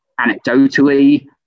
anecdotally